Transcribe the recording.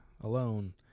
alone